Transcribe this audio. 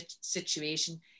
situation